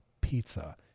pizza